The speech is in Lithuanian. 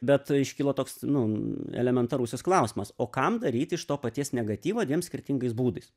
bet iškilo toks nu elementarusis klausimas o kam daryti iš to paties negatyvo dviem skirtingais būdais